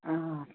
اۭں